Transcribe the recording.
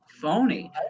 phony